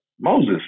moses